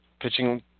pitching